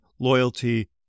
Loyalty